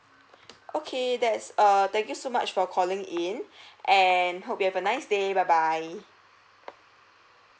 okay that's err thank you so much for calling in and hope you have a nice day bye bye